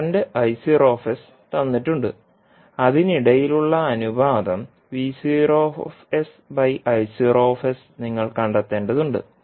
current തന്നിട്ടുണ്ട് അതിനിടയിലുള്ള അനുപാതം നിങ്ങൾ കണ്ടെത്തേണ്ടതുണ്ട്